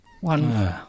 one